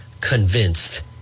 convinced